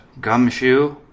Gumshoe